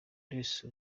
grace